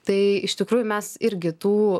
tai iš tikrųjų mes irgi tų